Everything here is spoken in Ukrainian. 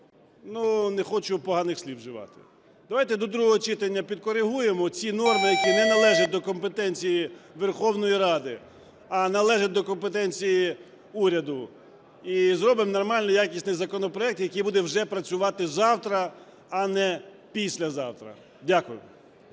не хочу поганих слів вживати. Давайте до другого читання підкоригуємо ці норми, які не належать до компетенції Верховної Ради, а належать до компетенції уряду, і зробимо нормальний якісний законопроект, який буде вже працювати завтра, а не післязавтра. Дякую.